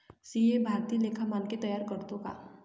CA भारतीय लेखा मानके तयार करतो का